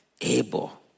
able